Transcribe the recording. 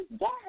yes